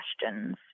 questions